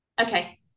Okay